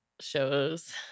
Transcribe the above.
shows